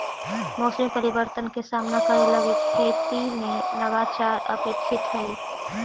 मौसमी परिवर्तन के सामना करे लगी खेती में नवाचार अपेक्षित हई